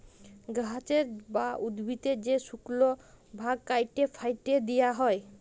গাহাচের বা উদ্ভিদের যে শুকল ভাগ ক্যাইটে ফ্যাইটে দিঁয়া হ্যয়